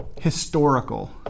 historical